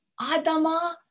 Adama